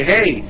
Hey